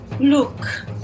Look